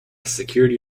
security